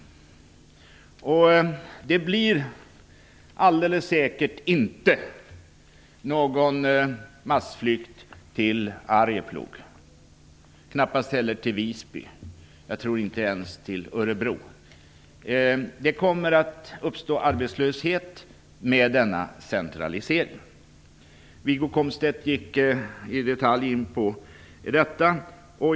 Det blir alldeles säkert inte någon massflykt till Arjeplog, knappast heller till Visby, inte ens till Örebro, tror jag. Det kommer att uppstå arbetslöshet i och med denna centralisering. Wiggo Komstedt gick i detalj in på detta.